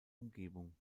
umgebung